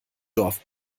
dorf